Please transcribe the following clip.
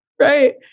Right